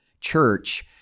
church